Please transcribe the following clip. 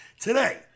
today